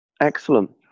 Excellent